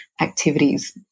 activities